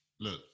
Look